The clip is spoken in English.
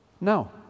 No